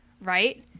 right